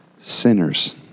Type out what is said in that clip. sinners